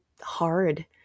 hard